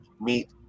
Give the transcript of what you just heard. meet